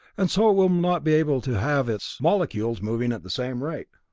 and so will not be able to have its molecules moving at the same rate.